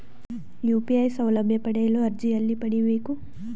UPI ಸೌಲಭ್ಯ ಪಡೆಯಲು ಅರ್ಜಿ ಎಲ್ಲಿ ಪಡಿಬೇಕು?